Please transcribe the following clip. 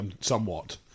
somewhat